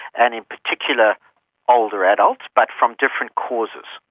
and in particular older adults but from different causes.